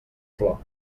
flor